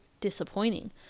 disappointing